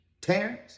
Terrence